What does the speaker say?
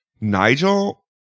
nigel